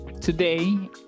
today